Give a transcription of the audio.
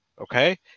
Okay